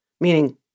meaning